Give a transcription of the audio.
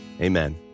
Amen